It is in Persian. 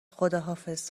خداحافظ